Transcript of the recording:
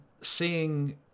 seeing